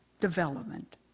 development